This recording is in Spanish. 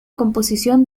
composición